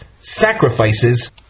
sacrifices